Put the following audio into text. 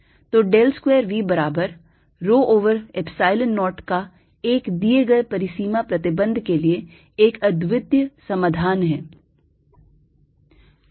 तो del square V बराबर rho over Epsilon 0 का एक दिए गए परिसीमा प्रतिबंध के लिए एक अद्वितीय समाधान है